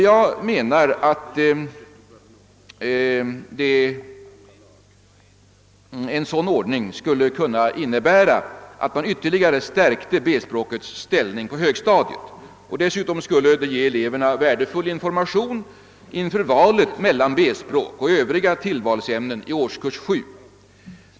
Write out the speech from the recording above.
Jag menar att en sådan ordning skulle innebära att man ytterligare stärkte B-språkets ställning på högstadiet, och dessutom skulle eleverna få värdefull information inför valet mellan B-språk och övriga tillvalsämnen i årskurs 7.